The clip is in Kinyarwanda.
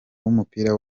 w’umupira